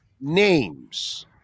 names –